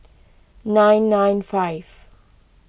nine nine five